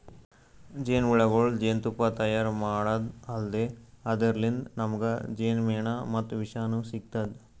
ಜೇನಹುಳಗೊಳ್ ಜೇನ್ತುಪ್ಪಾ ತೈಯಾರ್ ಮಾಡದ್ದ್ ಅಲ್ದೆ ಅದರ್ಲಿನ್ತ್ ನಮ್ಗ್ ಜೇನ್ಮೆಣ ಮತ್ತ್ ವಿಷನೂ ಸಿಗ್ತದ್